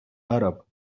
arab